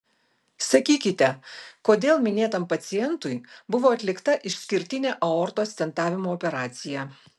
sakykite kodėl minėtam pacientui buvo atlikta išskirtinė aortos stentavimo operacija